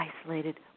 isolated